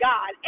God